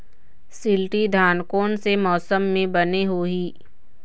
शिल्टी धान कोन से मौसम मे बने होही?